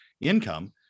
income